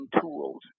tools